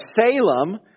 Salem